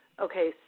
Okay